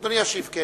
אדוני ישיב.